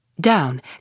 Down